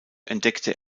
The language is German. entdeckte